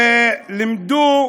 לימדו